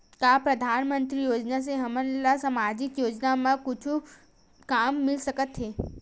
का परधानमंतरी योजना से हमन ला सामजिक योजना मा कुछु काम मिल सकत हे?